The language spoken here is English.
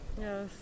Yes